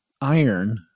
iron